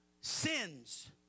sins